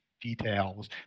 details